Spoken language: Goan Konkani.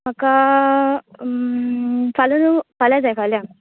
म्हाका फाल्या जाय फाल्या